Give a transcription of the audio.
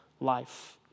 life